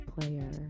player